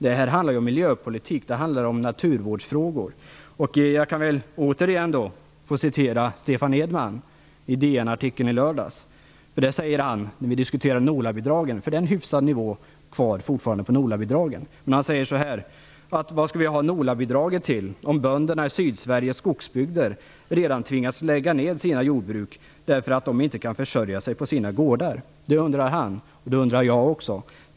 Detta handlar om miljöpolitik och om naturvårdsfrågor. Jag kan återigen citera Stefan Edman i DN artikeln. När det gäller Nolabidraget, som fortfarande har en hyfsad nivå, säger han: "Vad ska vi ha Nolabidraget till om bönderna i Sydsveriges skogsbygder redan tvingats lägga ned sina jordbruk därför att de inte kan försörja sig på sina gårdar?" Det undrar jag också.